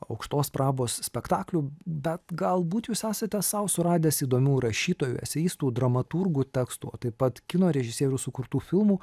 aukštos prabos spektaklių bet galbūt jūs esate sau suradęs įdomių rašytojų eseistų dramaturgų tekstųo taip pat kino režisierių sukurtų filmų